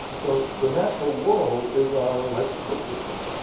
so the natural world is our life support system.